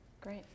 Great